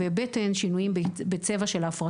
קלים שלא נזקקו לאשפוז יכולים לסבול גם מתופעות מאוד